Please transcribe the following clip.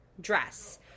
dress